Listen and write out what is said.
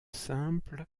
simple